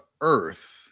earth